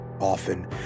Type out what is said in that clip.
Often